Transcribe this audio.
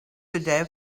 today